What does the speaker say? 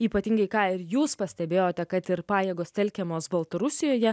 ypatingai ką ir jūs pastebėjote kad ir pajėgos telkiamos baltarusijoje